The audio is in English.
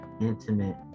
intimate